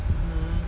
mmhmm